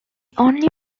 only